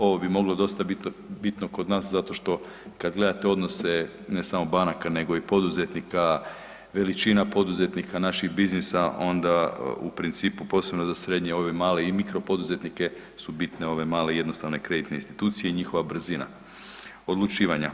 Ovo bi moglo dosta bit bitno kod nas zato što kad gledate odnose ne samo banaka nego i poduzetnika, veličina poduzetnika naših biznisa onda u principu posebno za srednje i ove male i mikro poduzetnike su bitne ove male jednostavne kreditne institucije i njihova brzina odlučivanja.